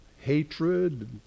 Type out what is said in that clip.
hatred